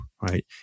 right